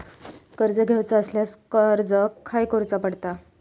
कर्ज घेऊचा असल्यास अर्ज खाय करूचो पडता?